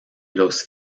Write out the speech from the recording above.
los